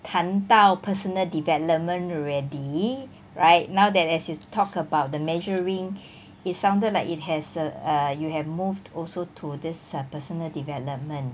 谈到 personal development already right now that as you talk about the measuring it sounded like it has uh uh you have moved also to this err personal development